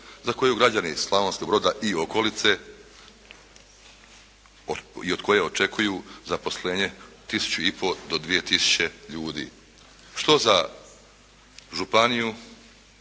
za koju građani Slavonskog Broda i okolice i od koje očekuju zaposlenje tisuću i pol do dvije tisuće ljudi što za županiju